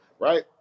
right